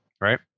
right